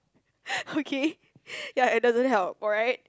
okay ya it doesn't help alright